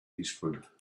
eastward